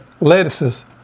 lettuces